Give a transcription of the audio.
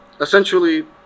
essentially